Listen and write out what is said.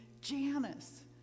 Janice